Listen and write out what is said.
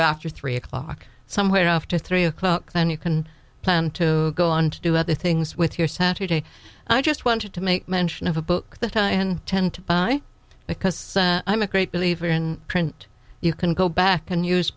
after three o'clock somewhere after three o'clock then you can plan to go on to do other things with your saturday i just wanted to make mention of a book that to and ten to buy because i'm a great believer in print you can go back and use